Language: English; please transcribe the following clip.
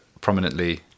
prominently